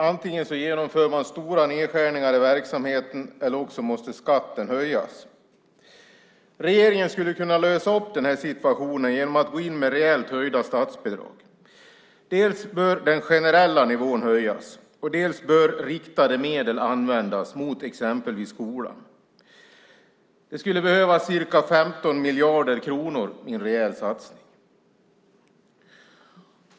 Antingen genomför man stora nedskärningar i verksamheten eller också måste skatten höjas. Regeringen skulle kunna lösa upp den här situationen genom att gå in med rejält höjda statsbidrag. Dels bör den generella nivån höjas, dels bör riktade medel användas mot exempelvis skolan. Det skulle behövas ca 15 miljarder kronor i en rejäl satsning.